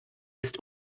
ist